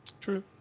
True